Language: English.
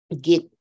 get